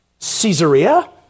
Caesarea